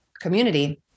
community